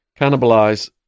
cannibalize